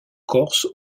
corse